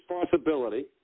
responsibility